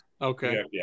okay